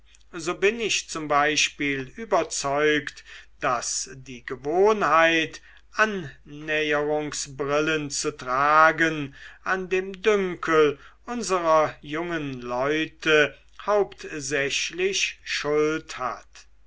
so bin ich z b überzeugt daß die gewohnheit annäherungsbrillen zu tragen an dem dünkel unserer jungen leute hauptsächlich schuld hat